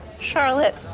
Charlotte